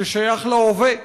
ששייך להווה,